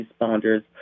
responders